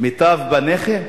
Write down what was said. מיטב בניכם?